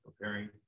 preparing